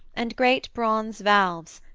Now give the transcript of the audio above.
and great bronze valves,